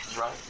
right